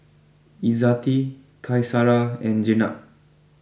Izzati Qaisara and Jenab